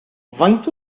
faint